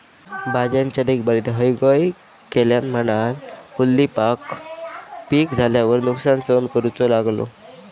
भाज्यांच्या देखभालीत हयगय केल्यान म्हणान कुलदीपका पीक झाल्यार नुकसान सहन करूचो लागलो